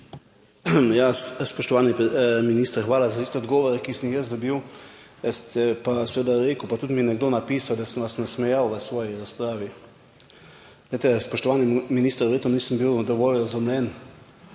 Ja, spoštovani minister, hvala za tiste odgovore, ki sem jih jaz dobil. Jaz pa seveda rekel pa tudi mi je nekdo napisal, da sem vas nasmejal v svoji razpravi. Glejte spoštovani minister, verjetno nisem bil dovolj razumljen.